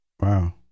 Wow